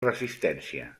resistència